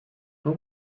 how